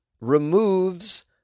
removes